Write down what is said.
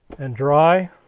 and dry.